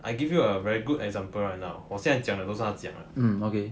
I give you a very good example right now 我现在讲的都是他讲的